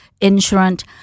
insurance